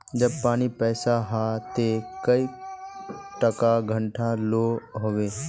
जब पानी पैसा हाँ ते कई टका घंटा लो होबे?